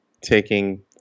taking